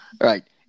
right